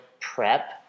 prep